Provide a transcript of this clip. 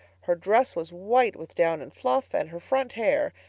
her dress was white with down and fluff, and her front hair,